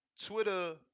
Twitter